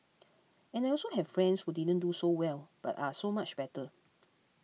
and I also have friends who didn't do so well but are so much better